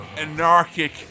anarchic